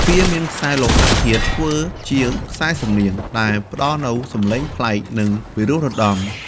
វាមានខ្សែលោហធាតុធ្វើជាខ្សែសំនៀង ដែលផ្តល់នូវសំឡេងប្លែក និងពីរោះរណ្ដំ។